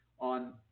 On